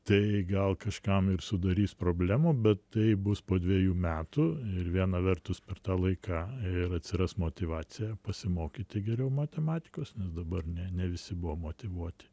tai gal kažkam ir sudarys problemų bet tai bus po dviejų metų ir viena vertus per tą laiką ir atsiras motyvacija pasimokyti geriau matematikos nes dabar ne ne visi buvo motyvuoti